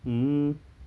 mm